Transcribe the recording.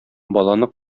баланы